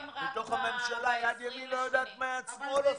בתוך הממשלה יד ימין לא יודעת מה יד שמאל עושה.